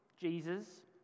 Jesus